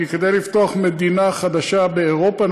כי כדי לפתוח מדינה חדשה באירופה,